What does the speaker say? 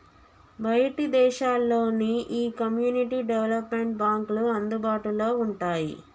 బయటి దేశాల్లో నీ ఈ కమ్యూనిటీ డెవలప్మెంట్ బాంక్లు అందుబాటులో వుంటాయి